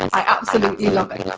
i absolutely love it.